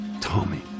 Tommy